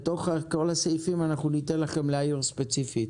ניתן לכם להעיר ספציפית